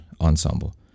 ensemble